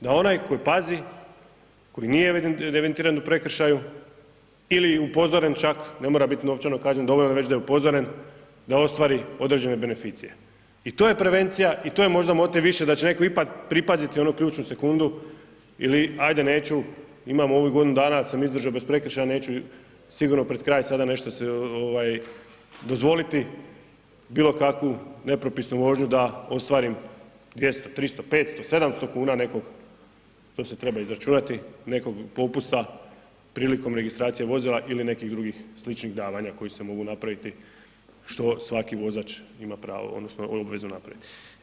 Da onaj tko pazi, tko nije evidentiran u prekršaju ili upozoren čak, ne mora biti novčano kažnjen, dovoljno već da je upozoren da ostvari određene beneficije i to je prevencija i to je možda motiv više da će možda netko ipak pripaziti onu ključnu sekundu ili ajde neću, imamo ovih godinu dana sam izdržao bez prekršaja, neću sigurno pred kraj sada nešto dozvoliti, bilo kakvu nepropisnu vožnju da ostvarim 200, 300, 500, 700 kuna nekog, to se treba izračunati nekog popusta prilikom registracije vozila ili nekih drugih sličnih davanja koja se mogu napraviti što svaki vozač ima pravo odnosno obvezu napraviti.